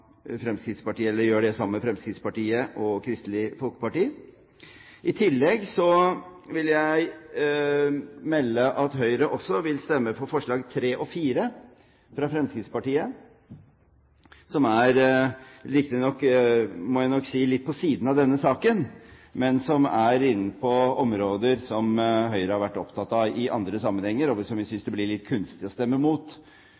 gjør det sammen med Fremskrittspartiet og Kristelig Folkeparti. I tillegg vil jeg melde at Høyre også vil stemme for forslagene nr. 3 og 4 fra Fremskrittspartiet, som jeg riktignok må si er litt på siden av denne saken, men som er inne på områder som Høyre har vært opptatt av i andre sammenhenger, og som vi